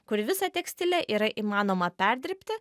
kur visą tekstilę yra įmanoma perdirbti